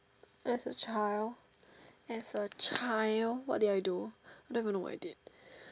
as a child as a child what did I do don't even know what is it